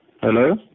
Hello